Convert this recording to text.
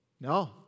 No